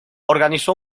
organizó